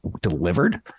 delivered